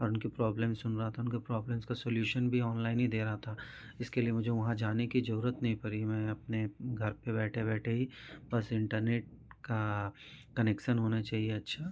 और उनकी प्रॉब्लम सुन रहा था उनकी प्रॉब्लम का सलूशन भी ऑनलाइन ही दे रहा था इसके लिए मुझे वहाँ जाने की ज़रूरत नहीं पड़ी मैं अपने घर पर बैठे बैठे ही बस इन्टरनेट का कनेक्सन होना चाहिए अच्छा